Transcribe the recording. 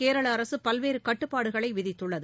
கேரளாஅரசுபல்வேறுகட்டுப்பாடுகளைவிதித்துள்ளது